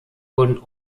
wurden